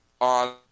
on